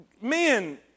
men